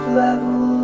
level